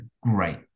great